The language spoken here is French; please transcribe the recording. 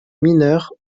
mineures